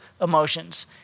emotions